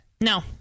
No